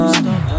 stop